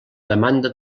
demanda